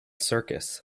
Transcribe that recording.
circus